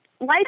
Life